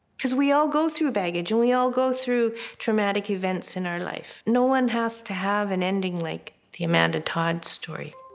because we all go through baggage and we all go through traumatic events in our life. no one has to have an ending like the amanda todd story.